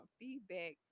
feedback